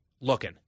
looking